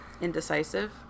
Indecisive